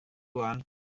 wan